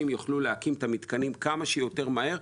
יוכלו להקים את המתקנים כמה שיותר מהר,